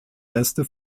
reste